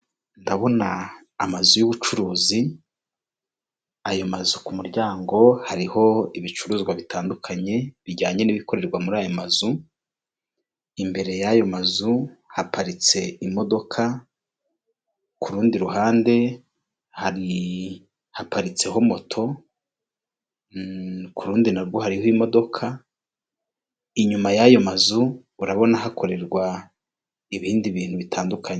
Ndabona amazu y'ubucuruzi ayo mazu ku muryango hari ibicuruzwa bitandukanye bijyanye n'ibikorerwa muri ayo mazu, imbere y'ayo mazu haparitse imodoka, ku rundi ruhande hari haparitseho moto, ku rundi narwo hariho imodoka, inyuma y'ayo mazu urabona hakorerwa ibindi bintu bitandukanye.